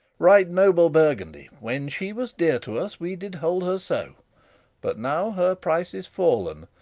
right noble burgundy, when she was dear to us, we did hold her so but now her price is fall'n.